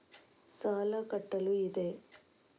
ಸಾಲ ಕಟ್ಟಲು ಇದೆ